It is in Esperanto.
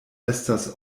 estas